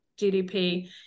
GDP